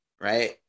right